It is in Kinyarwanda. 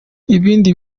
ibindi